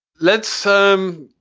let some